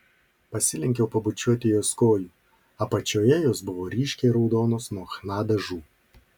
pasilenkiau pabučiuoti jos kojų apačioje jos buvo ryškiai raudonos nuo chna dažų